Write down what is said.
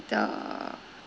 the